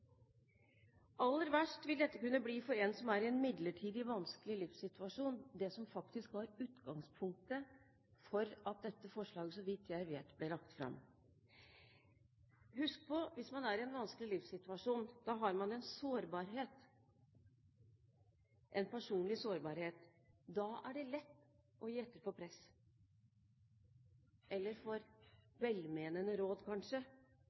Aller verst vil dette kunne bli for en som er i en midlertidig vanskelig livssituasjon – det som faktisk var utgangspunktet for at dette forslaget, så vidt jeg vet, ble lagt fram. Husk på at hvis man er i en vanskelig livssituasjon, har man en sårbarhet – en personlig sårbarhet. Da er det lett å gi etter for press, eller for velmenende råd, kanskje,